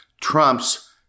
trumps